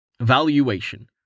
Valuation